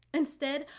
instead,